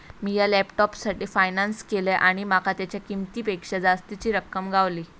मिया लॅपटॉपसाठी फायनांस केलंय आणि माका तेच्या किंमतेपेक्षा जास्तीची रक्कम गावली